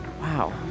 Wow